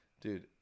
Dude